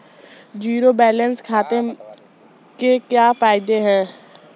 Zero balance खाते के क्या फायदे हैं?